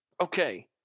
Okay